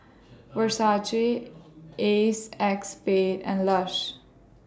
Versace ACEXSPADE and Lush